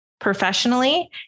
professionally